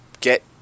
get